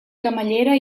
camallera